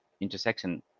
intersection